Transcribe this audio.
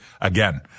again